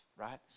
right